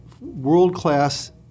world-class